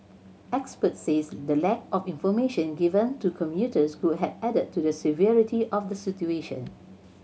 experts says the lack of information given to commuters could have added to the severity of the situation